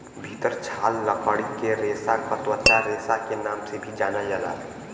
भितर छाल लकड़ी के रेसा के त्वचा रेसा के नाम से भी जानल जाला